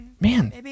Man